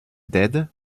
dead